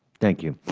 thank you.